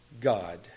God